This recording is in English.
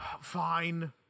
Fine